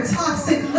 toxic